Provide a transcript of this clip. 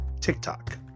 TikTok